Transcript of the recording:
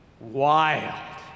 Wild